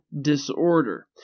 disorder